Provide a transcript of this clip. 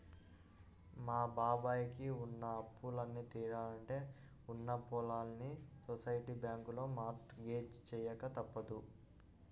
మా బాబాయ్ కి ఉన్న అప్పులన్నీ తీరాలంటే ఉన్న పొలాల్ని సొసైటీ బ్యాంకులో మార్ట్ గేజ్ చెయ్యక తప్పదు